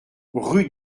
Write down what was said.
rue